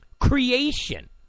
creation